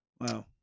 Wow